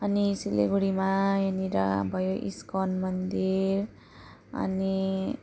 अनि सिलगढीमा यहाँनिर भयो इस्कन मन्दिर अनि